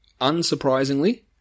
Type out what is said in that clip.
Unsurprisingly